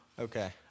Okay